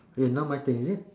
eh now my turn is it